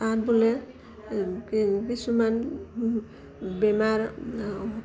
তাত বোলে কিছুমান বেমাৰ